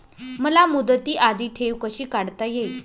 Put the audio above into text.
मला मुदती आधी ठेव कशी काढता येईल?